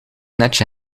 netje